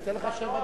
זדון,